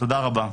תודה רבה.